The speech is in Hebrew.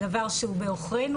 זה דבר שהוא בעוכרינו,